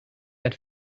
that